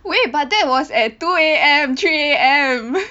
wait but that was at two A_M three A_M